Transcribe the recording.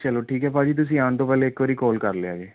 ਚਲੋ ਠੀਕ ਹੈ ਭਾਅ ਜੀ ਤੁਸੀਂ ਆਉਣ ਤੋਂ ਪਹਿਲੇ ਇੱਕ ਵਾਰੀ ਕਾਲ ਕਰ ਲਿਆ ਜੀ